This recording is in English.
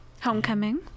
Homecoming